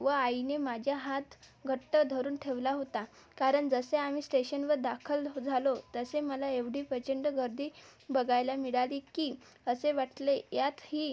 व आईने माझा हात घट्ट धरून ठेवला होता कारण जसे आम्ही स्टेशनवर दाखल झालो तसे मला एवढी प्रचंड गर्दी बघायला मिळाली की असे वाटले यात ही